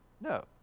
No